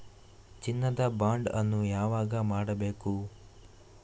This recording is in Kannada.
ಚಿನ್ನ ದ ಬಾಂಡ್ ಅನ್ನು ಯಾವಾಗ ಮಾಡಬೇಕು?